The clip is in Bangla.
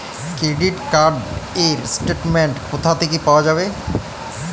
ক্রেডিট কার্ড র স্টেটমেন্ট কোথা থেকে পাওয়া যাবে?